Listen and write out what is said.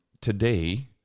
today